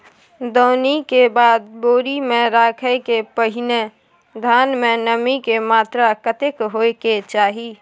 दौनी के बाद बोरी में रखय के पहिने धान में नमी के मात्रा कतेक होय के चाही?